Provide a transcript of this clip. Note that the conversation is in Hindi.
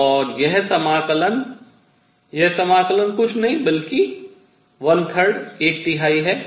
और यह समाकलन यह समाकलन कुछ नहीं बल्कि एक तिहाई है